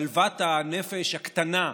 שלוות הנפש הקטנה,